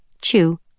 Chew